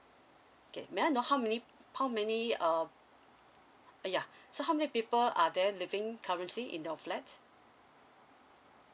okay may I know how many how many uh ya so how many people are there living currently in your flat